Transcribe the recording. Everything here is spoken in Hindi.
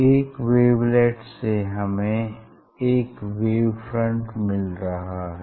एक ववेलेट्स से हमें एक वेव फ्रंट मिल रहा है